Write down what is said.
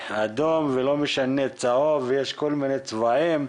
אדום, צהוב, יש כל מיני צבעים.